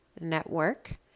Network